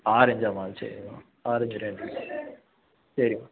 ஆரேஞ்சாமா சரிமா ஆரேஞ் ரெண்டு சரி